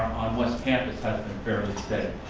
west campus has been fairly steady.